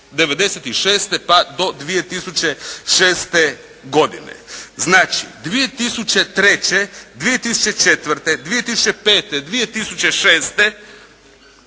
pa do 2006. godine. Znači 2003., 2004., 2005., 2006.